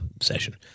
session